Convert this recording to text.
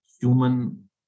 human